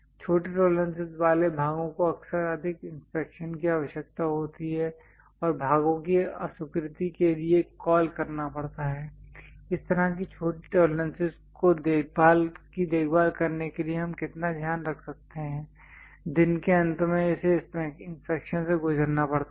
छोटे टॉलरेंसेस वाले भागों को अक्सर अधिक इंस्पेक्शन की आवश्यकता होती है और भागों की अस्वीकृति के लिए कॉल करना पड़ता है इस तरह की छोटी टॉलरेंसेस की देखभाल करने के लिए हम कितना ध्यान रख सकते हैं दिन के अंत में इसे इंस्पेक्शन से गुजरना पड़ता है